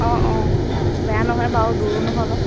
অঁ অঁ বেয়া নহয় বাৰু দূৰো নহয় অলপ